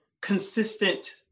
consistent